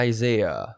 Isaiah